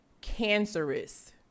cancerous